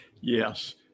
Yes